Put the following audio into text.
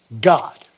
God